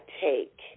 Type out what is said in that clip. take